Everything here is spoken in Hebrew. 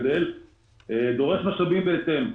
דורש משאבים בהתאם.